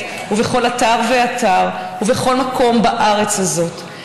ובכל אתר ואתר" ובכל מקום בארץ הזאת,